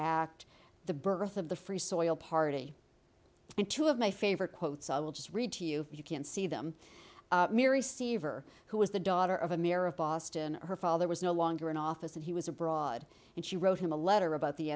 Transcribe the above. act the birth of the free soil party and two of my favorite quotes i will just read to you you can see them miri seaver who was the daughter of a mirror of boston her father was no longer in office and he was abroad and she wrote him a letter about the